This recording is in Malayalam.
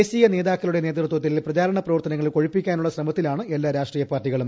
ദേശീയനേതാക്കളുടെ നേതൃത്വത്തിൽ പ്രചരണ പ്രവർത്തനങ്ങൾ കൊഴുപ്പിക്കാനുള്ള ശ്രമത്തിലാണ് എല്ലാ രാഷ്ട്രീയ പാർട്ടികളും